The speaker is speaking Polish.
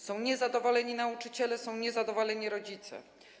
Są niezadowoleni nauczyciele, są niezadowoleni rodzice.